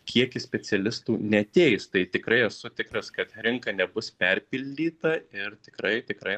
kiekis specialistų neateis tai tikrai esu tikras kad rinka nebus perpildyta ir tikrai tikrai